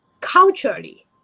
culturally